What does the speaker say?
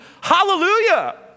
hallelujah